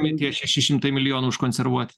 minties šeši šimtai milijonų užkonservuoti